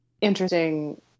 interesting